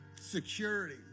Security